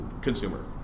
consumer